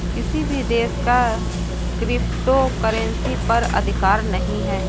किसी भी देश का क्रिप्टो करेंसी पर अधिकार नहीं है